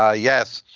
ah yes.